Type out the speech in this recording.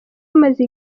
imaze